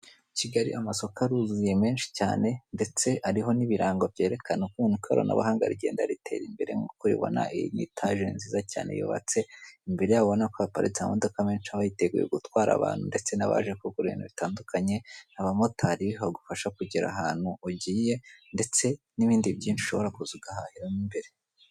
Kigali amasoko aruzuye menshi cyane ndetse ariho n'ibirango byeraka ukuntu ikoranabuhanga rigenda ritera imbere nkuko ubibona iyi ni itaje nziza cyane yubatse imbere yayo urabona ko haparitse amamodoka menshi aba yiteguye gutwara abantu ndetse nabaje kugura ibintu bitandukanye abamotari bagufasha kugera ahantu ugiye ndetse n'ibindi byinshi ushobora kuza ugahahiramo imbere.